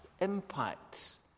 impacts